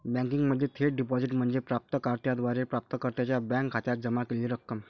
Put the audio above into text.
बँकिंगमध्ये थेट डिपॉझिट म्हणजे प्राप्त कर्त्याद्वारे प्राप्तकर्त्याच्या बँक खात्यात जमा केलेली रक्कम